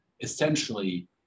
Essentially